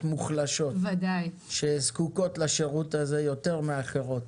המוחלשות שזקוקות לשירות הזה יותר מאחרות.